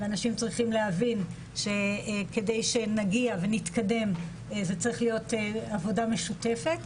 ואנשים צריכים להבין כדי שנגיע ונתקדם זה צריך להיות עבודה משותפת.